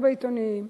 לא בעיתונים.